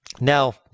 Now